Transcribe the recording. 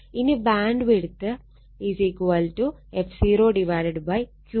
ഇനി bandwidth BW f0 Q ആണ്